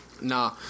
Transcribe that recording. Nah